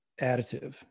additive